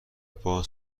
باز